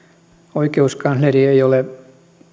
oikeuskansleri ei ole